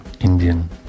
Indian